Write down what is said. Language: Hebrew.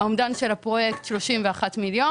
האומדן של הפרויקט הוא 31 מיליון.